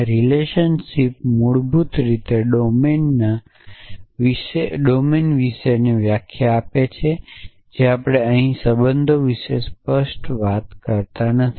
અને રિલેશનશિપ મૂળભૂત રીતે ડોમેન વિશેની વ્યાખ્યા આપે છે જે આપણે અહીં સંબંધો વિશે સ્પષ્ટપણે વાત કરતા નથી